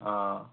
অঁ